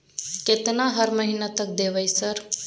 केतना हर महीना तक देबय सर?